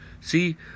See